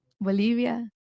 bolivia